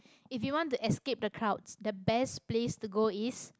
if you want to escape the crowds the best place to go is